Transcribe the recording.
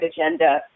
agenda